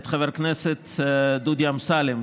את חבר הכנסת דודי אמסלם,